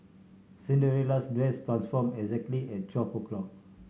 Cinderella's dress transformed exactly at twelve o' clock